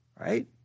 right